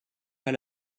pas